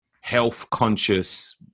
health-conscious